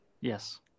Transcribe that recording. Yes